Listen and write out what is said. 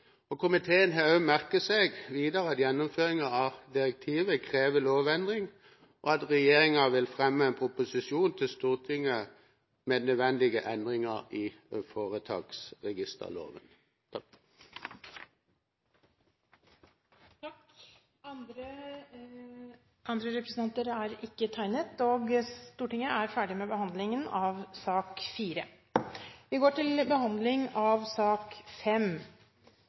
Komiteen har videre merket seg at gjennomføringen av direktivet krever lovendring, og at regjeringen vil fremme en proposisjon til Stortinget med de nødvendige endringer i foretaksregisterloven. Flere har ikke bedt om ordet til sak nr. 4. Etter ønske fra næringskomiteen vil presidenten foreslå at taletiden blir begrenset til